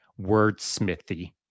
wordsmithy